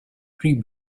tree